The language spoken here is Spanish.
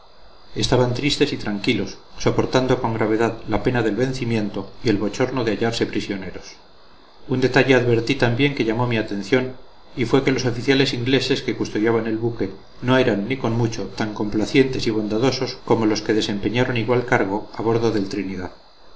estaban tristes y tranquilos soportando con gravedad la pena del vencimiento y el bochorno de hallarse prisioneros un detalle advertí también que llamó mi atención y fue que los oficiales ingleses que custodiaban el buque no eran ni con mucho tan complacientes y bondadosos como los que desempeñaron igual cargo a bordo del trinidad